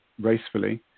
Racefully